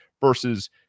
versus